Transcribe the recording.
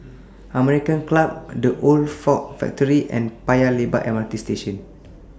American Club The Old Ford Factory and Paya Lebar MRT Station